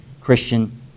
Christian